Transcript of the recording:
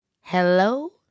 Hello